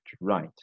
right